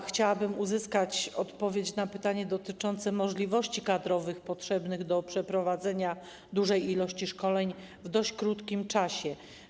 Chciałabym uzyskać odpowiedź na pytanie dotyczące możliwości kadrowych potrzebnych do przeprowadzenia dużej ilości szkoleń w dość krótkim czasie.